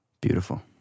beautiful